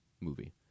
movie